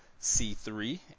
C3